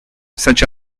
such